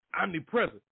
Omnipresent